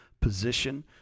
position